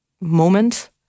moment